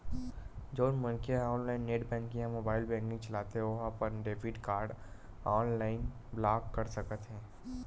जउन मनखे ह ऑनलाईन नेट बेंकिंग या मोबाईल बेंकिंग चलाथे ओ ह अपन डेबिट कारड ऑनलाईन ब्लॉक कर सकत हे